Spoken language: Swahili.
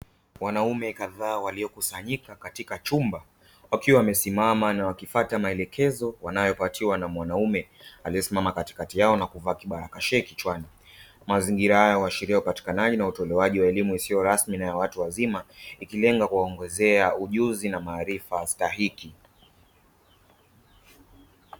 Wanaume kadhaa waliokusanyika katika chumba, wakiwa wamesimama na wakifuata maelekezo wanayopatiwa na mwanaume aliesimama katikati yao na kuvaa kibarakashia kichwani, mazingira haya huashiria utolewaji na upatikanaji wa elimu isiyo rasmi na ya watu wazima ikijenga kuwaongezea ujuzi na maarifa stahiki.